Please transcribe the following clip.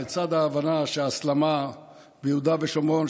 לצד ההבנה שההסלמה ביהודה ושומרון,